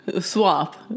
Swap